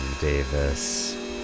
Davis